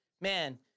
man